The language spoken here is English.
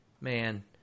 Man